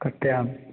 कतेकमे